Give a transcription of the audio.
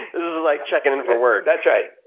like checking in for work. that's right.